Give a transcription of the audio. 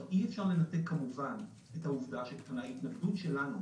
אי אפשר לנתק כמובן את העובדה שההתנגדות שלנו,